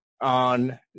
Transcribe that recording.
on